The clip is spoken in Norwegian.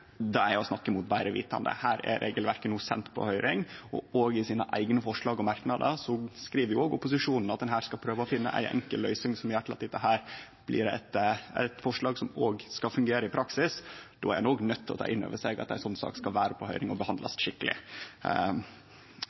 Det er å snakke mot betre vete, regelverket er no sendt på høyring. I sine eigne forslag og merknader skriv opposisjonen at ein skal prøve å finne ei enkel løysing som gjer at dette blir eit forslag som skal fungere i praksis. Då er ein nøydd til å ta innover seg at ei slik sak skal vere på høyring og skal behandlast skikkeleg.